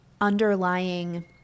underlying